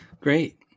Great